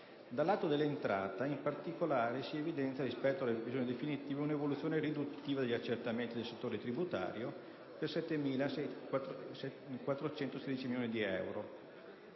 Dal lato dell'entrata, in particolare, evidenzia, rispetto alle previsioni definitive, un'evoluzione riduttiva degli accertamenti del settore tributario per 7.416 milioni di euro,